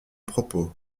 propos